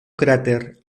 cráter